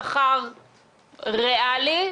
או שאתה תעביר לו שכר ריאלי,